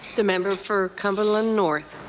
the member for cumberland north.